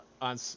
on